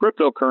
cryptocurrency